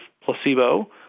placebo